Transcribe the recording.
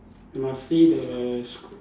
must see the school